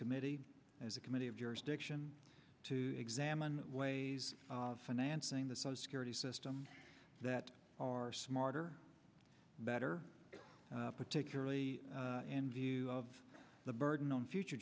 committee as a committee of jurisdiction to examine ways of financing the social security system that are smarter better particularly in view of the burden on future